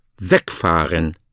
wegfahren